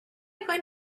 going